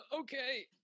okay